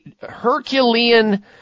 Herculean